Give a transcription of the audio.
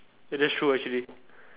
eh that's true actually